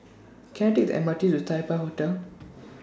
Can I Take The M R T to Taipei Hotel